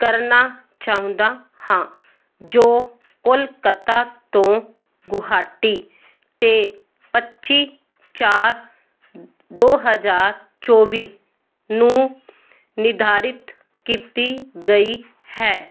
ਕਰਨਾ ਚਾਹੁੰਦਾ ਹਾਂ ਜੋ ਕੋਲਕਾਤਾ ਤੋਂ ਗੁਹਾਟੀ 'ਤੇ ਪੱਚੀ ਚਾਰ ਦੋ ਹਜ਼ਾਰ ਚੋਵੀ ਨੂੰ ਨਿਰਧਾਰਤ ਕੀਤੀ ਗਈ ਹੈ